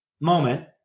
Moment